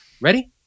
Ready